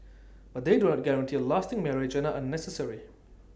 but they do not guarantee A lasting marriage and are unnecessary